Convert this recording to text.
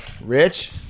Rich